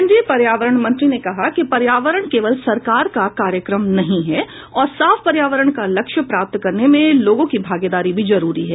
केंद्रीय पर्यावरण मंत्री ने कहा कि पर्यावरण केवल सरकार का कार्यक्रम नहीं है और साफ पर्यावरण का लक्ष्य प्राप्त करने में लोगों की भागीदारी भी जरूरी है